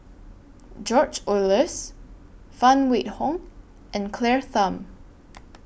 George Oehlers Phan Wait Hong and Claire Tham